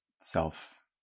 self